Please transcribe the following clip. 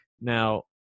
Now